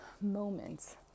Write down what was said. moments